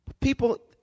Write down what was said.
People